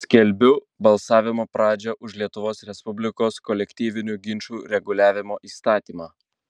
skelbiu balsavimo pradžią už lietuvos respublikos kolektyvinių ginčų reguliavimo įstatymą